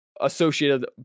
associated